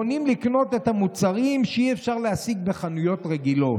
פונים לקנות את המוצרים שאי-אפשר להשיג בחנויות רגילות,